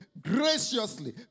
graciously